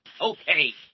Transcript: Okay